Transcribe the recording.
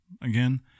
again